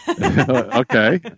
Okay